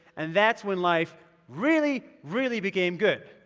and that's when life really, really became good.